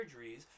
surgeries